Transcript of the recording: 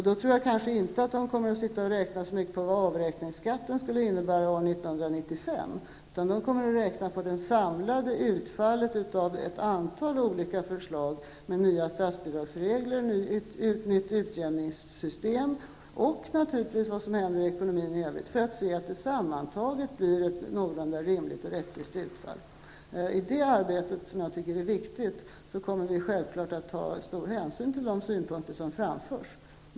Då tror jag inte att de kommer att räkna så mycket vad avräkningsskatten skulle innebära år 1995, utan de kommer att räkna på det samlade utfallet av ett antal olika förslag med nya statsbidragsregler, nytt utjämningssystem och naturligtvis av vad som händer i ekonomin i övrigt för att se till att det sammantaget blir någorlunda rimligt och rättvist. I det arbetet, som jag tycker är viktigt, kommer vi självfallet att ta stor hänsyn till de synpunkter som framförs.